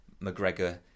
McGregor